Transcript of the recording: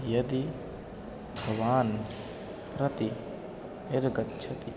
यदि भवान् प्रति निर्गच्छति